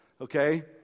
okay